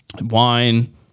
wine